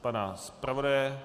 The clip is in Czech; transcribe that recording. Pana zpravodaje?